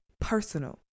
personal